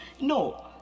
no